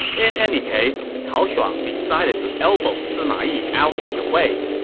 in any case, cao shuang decided to elbow sima yi out of the way,